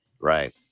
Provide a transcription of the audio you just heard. right